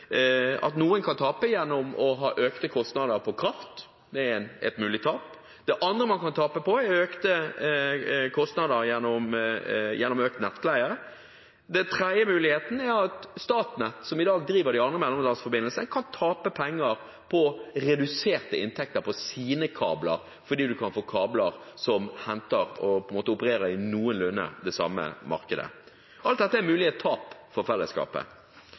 Noen kan tape gjennom økte kostnader på kraft. Det er et mulig tap. Det andre man kan tape på, er økte kostnader ved økt nettleie. Den tredje muligheten er at Statnett, som i dag driver de andre mellomlandsforbindelsene, kan tape penger på reduserte inntekter på sine kabler fordi man kan få kabler som henter og opererer i noenlunde det samme markedet. Alt dette er mulige tap for fellesskapet.